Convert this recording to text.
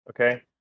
Okay